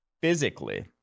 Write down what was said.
Physically